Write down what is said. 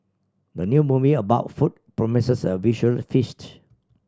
the new movie about food promises a visual feast